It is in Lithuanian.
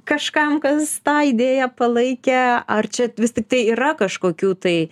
kažkam kas tą idėją palaikė ar čia vis tiktai yra kažkokių tai